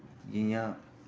जि'यां